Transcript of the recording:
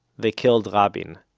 they killed rabin.